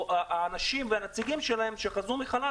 או האנשים והנציגים שלהם שחזרו מחל"ת